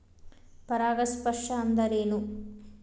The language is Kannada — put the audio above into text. ಪರಾಗಸ್ಪರ್ಶ ಅಂದರೇನು?